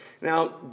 Now